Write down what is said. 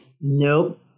Nope